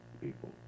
people